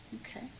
Okay